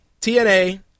TNA